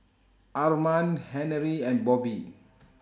Armand Henery and Bobbie